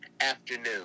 afternoon